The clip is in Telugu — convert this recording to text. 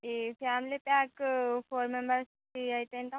ఈ ఫ్యామిలీ ప్యాక్ ఫోర్ మెంబెర్స్కి అయితే ఎంత